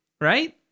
right